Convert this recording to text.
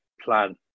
plan